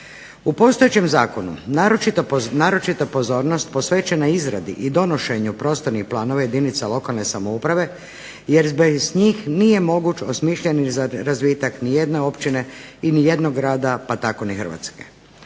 U postojećem zakonu naročita pozornost posvećena je izradi i donošenju prostornih planova jedinica lokalne samouprave jer bez njih nije moguć osmišljeni razvitak ni jedne općine i ni jednog grada, pa tako ni Hrvatske.